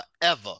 forever